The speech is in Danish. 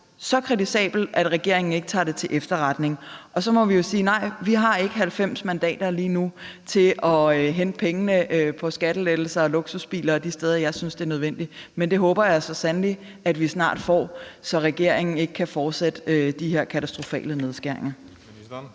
så kritisabelt, at regeringen ikke tager det til efterretning. Og så må vi jo sige: Nej, vi har ikke 90 mandater lige nu til at hente pengene på skattelettelser og luksusbiler og de steder, jeg synes det er nødvendigt, men det håber jeg så sandelig at vi snart får, så regeringen ikke kan fortsætte med de her katastrofale nedskæringer.